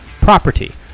property